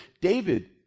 David